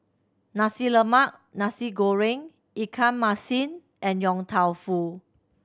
Nasi Lemak Nasi Goreng ikan masin and Yong Tau Foo